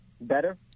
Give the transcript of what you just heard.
Better